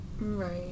Right